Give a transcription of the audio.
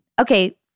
Okay